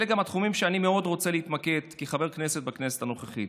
אלה גם התחומים שאני מאוד רוצה להתמקד בהם כחבר כנסת בכנסת הנוכחית.